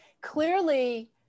clearly